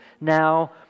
now